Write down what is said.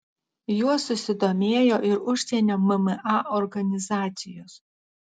juo susidomėjo ir užsienio mma organizacijos